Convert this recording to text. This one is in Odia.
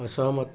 ଅସହମତ